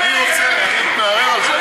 אני רוצה לערער על כך.